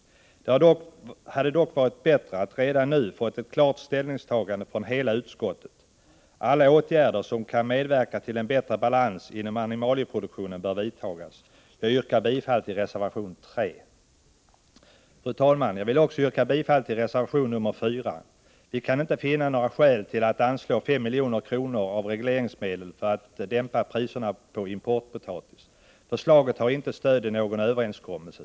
Det hade emellertid varit bättre att redan nu ha fått ett klart ställningstagande från hela utskottet. Alla åtgärder som kan medverka till en bättre balans inom animalieproduktionen bör vidtagas. Jag yrkar bifall till reservation 3. Fru talman! Jag vill också yrka bifall till reservation 4. Vi kan inte finna några skäl till att anslå 5 milj.kr. av regleringsmedel för att dämpa priserna på importpotatis. Förslaget har inte stöd i någon överenskommelse.